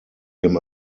him